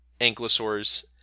Ankylosaurs